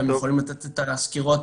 הם יכולים לתת את הסקירות.